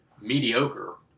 mediocre –